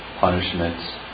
punishments